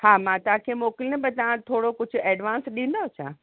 हा मां तव्हांखे मोकिलींदमि पर तव्हां थोरो कुझु एडवांस ॾींदव छा